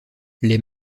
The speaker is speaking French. les